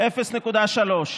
0.3%,